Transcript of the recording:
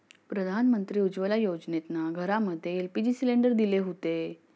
प्रधानमंत्री उज्ज्वला योजनेतना घरांमध्ये एल.पी.जी सिलेंडर दिले हुते